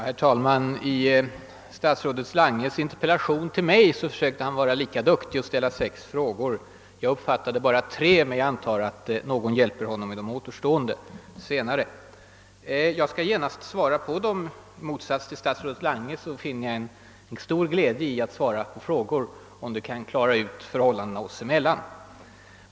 Herr talman! I statsrådet Langes in terpellation till mig försökte han vara lika duktig som jag genom att ställa sex frågor. Jag uppfattade bara tre men antar att någon senare hjälper honom med de återstående. Jag skall genast svara på dem. I motsats till statsrådet Lange finner jag stor glädje i att svara på frågor, om det kan klara ut förhållandena oss emellan.